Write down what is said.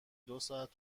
دوساعت